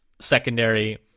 secondary